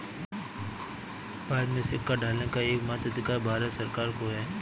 भारत में सिक्का ढालने का एकमात्र अधिकार भारत सरकार को है